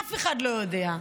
אף אחד לא יודע.